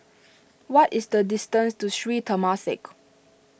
what is the distance to Sri Temasek